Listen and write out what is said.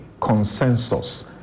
consensus